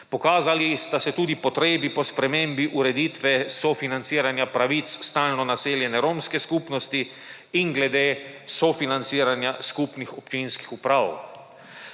Pokazali sta se tudi potrebi po spremembi ureditve sofinanciranja pravic stalno naseljene romske skupnosti in glede sofinanciranja skupnih občinskih uprav.